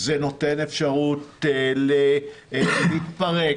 זה נותן אפשרות להתפרק,